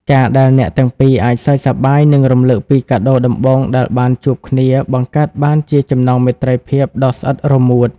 ការដែលអ្នកទាំងពីរអាចសើចសប្បាយ និងរំលឹកពីកាដូដំបូងដែលបានជួបគ្នា បង្កើតបានជាចំណងមេត្រីភាពដ៏ស្អិតរមួត។